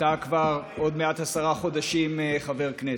אתה כבר עוד מעט עשרה חודשים חבר כנסת,